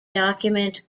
document